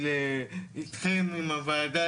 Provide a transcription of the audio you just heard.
עם הוועדה,